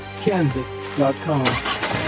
kansas.com